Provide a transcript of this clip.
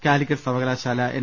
കാലിക്കറ്റ് സർവകലാശാല എൻ